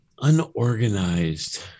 unorganized